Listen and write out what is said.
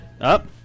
Up